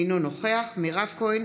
אינו נוכח מירב כהן,